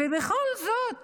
ובכל זאת